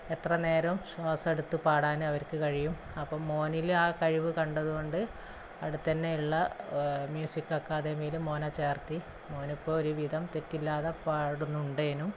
എത്ര നേരവും ശ്വാസം എടുത്തു പാടാൻ അവർക്ക് കഴിയും അപ്പം മോനിൽ ആ കഴിവ് കണ്ടതുകൊണ്ട് അടുത്തു തന്നെയുള്ള മ്യൂസിക്ക് അക്കാദമിയിൽ മോനെ ചേര്ത്തി മോനിപ്പോൾ ഒരുവിധം തെറ്റില്ലാതെ പാടുന്നുണ്ടേനും